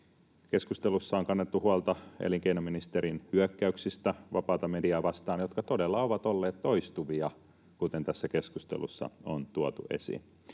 Keskustelussa on kannettu huolta elinkeinoministerin hyökkäyksistä vapaata mediaa vastaan, jotka todella ovat olleet toistuvia, kuten tässä keskustelussa on tuotu esiin.